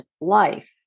life